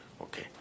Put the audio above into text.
Okay